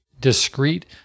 discrete